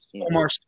Omar